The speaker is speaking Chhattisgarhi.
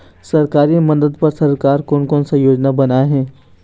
सरकारी मदद बर सरकार कोन कौन सा योजना बनाए हे?